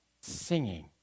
singing